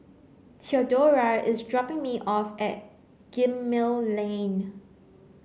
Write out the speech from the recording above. Theodora is dropping me off at Gemmill Lane